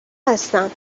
هستم